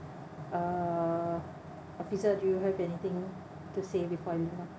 err officer do you have anything to say before I move on